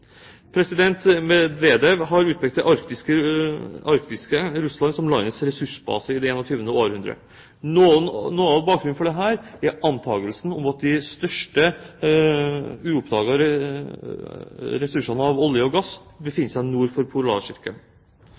President Medvedev har utpekt det arktiske Russland som landets ressursbase i det 21. århundre. Noe av bakgrunnen for dette er antagelsen om at de største uoppdagede ressursene av olje og gass finnes nord for polarsirkelen.